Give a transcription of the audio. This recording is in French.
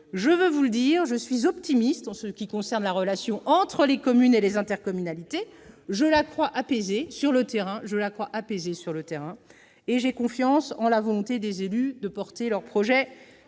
Je veux vous le dire, je suis optimiste en ce qui concerne la relation entre les communes et les intercommunalités. Je la crois apaisée sur le terrain, et j'ai confiance en la volonté des élus de porter leurs projets